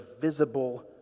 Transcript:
visible